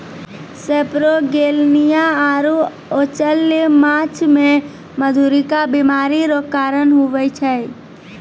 सेपरोगेलनिया आरु अचल्य माछ मे मधुरिका बीमारी रो कारण हुवै छै